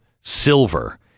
silver